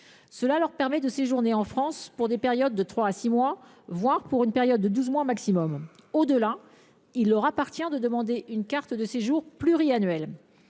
Cela leur permet de séjourner en France durant des périodes de trois à six mois, voire de douze mois au maximum. Au delà, il leur appartient de demander une carte de séjour pluriannuelle.